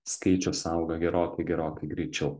skaičius auga gerokai gerokai greičiau